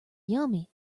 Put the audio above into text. yummy